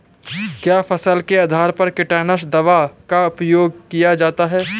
क्या फसल के आधार पर कीटनाशक दवा का प्रयोग किया जाता है?